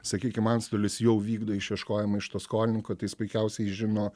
sakykim antstolis jau vykdo išieškojimą iš to skolininko tai jis puikiausiai žino